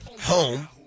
home